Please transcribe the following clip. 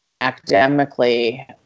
Academically